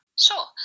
Sure